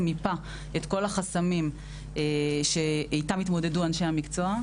מיפה את כל החסמים שאיתם התמודדו אנשי המקצוע,